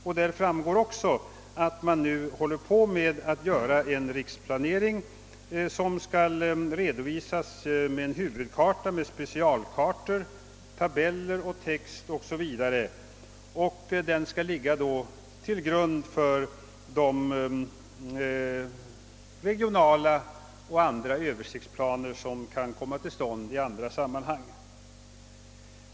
Av detta framgår också att man håller på med att skapa en riksplanering, som skall redovisas med en huvudkarta, specialkartor, tabeller, text o. s. v. och skall ligga till grund för de regionala och andra översiktsplaner, vilka kan komma till stånd i andra sammanhang.